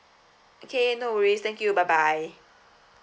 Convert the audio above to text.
okay no worries thank you bye bye